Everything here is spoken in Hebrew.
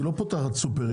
היא לא פותחת סופרים,